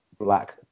black